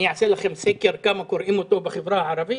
אני אעשה לכם סקר כמה קוראים אותו בחברה הערבית,